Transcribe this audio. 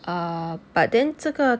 uh but then 这个